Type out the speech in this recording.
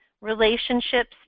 relationships